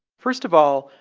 first of all,